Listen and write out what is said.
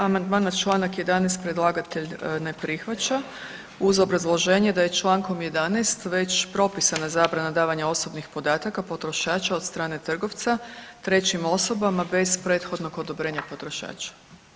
Amandman na članak 11. predlagatelj ne prihvaća uz obrazloženje da je člankom 11. već propisana zabrana davanja osobnih podataka potrošača od strane trgovca trećim osobama bez prethodnog odobrenja potrošača.